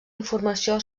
informació